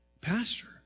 pastor